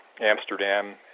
Amsterdam